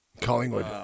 Collingwood